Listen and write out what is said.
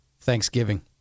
Thanksgiving